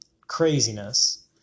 craziness